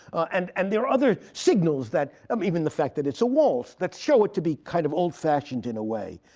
and and there are other signals um even the fact that it's a waltz that show it to be kind of old-fashioned in a way.